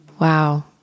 Wow